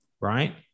right